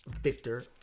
Victor